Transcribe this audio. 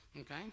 Okay